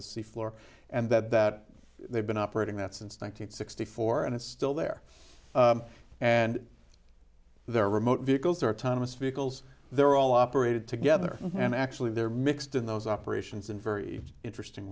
the sea floor and that that they've been operating that since one nine hundred sixty four and it's still there and they're remote vehicles are thomas vehicles they're all operated together and actually they're mixed in those operations in very interesting